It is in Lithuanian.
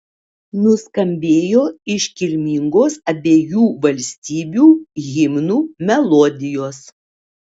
nuskambėjo iškilmingos abiejų valstybių himnų melodijos